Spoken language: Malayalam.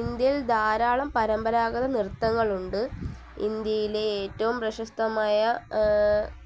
ഇന്ത്യയിൽ ധാരാളം പരമ്പരാഗത നൃത്തങ്ങളുണ്ട് ഇന്ത്യയിലെ ഏറ്റവും പ്രശസ്തമായ